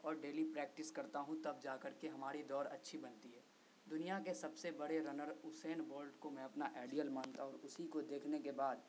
اور daily practice کرتا ہوں تب جا کر کے ہماڑی دوڑ اچھی بنتی ہے دنیا کے سب سے بڑے رنر اسین بولٹ کو میں اپنا آئیڈیل مانتا ہوں اور اسی کو دیکھنے کے بعد